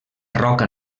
roca